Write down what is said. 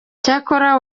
cyakora